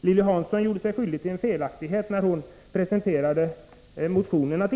Lilly Hansson gjorde sig skyldig till en felaktighet när hon tidigare presenterade motionerna.